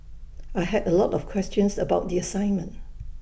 I had A lot of questions about the assignment